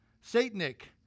Satanic